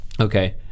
Okay